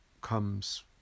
comes